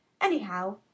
Anyhow